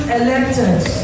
elected